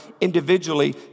individually